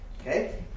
okay